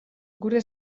gure